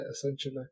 essentially